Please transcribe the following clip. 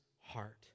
heart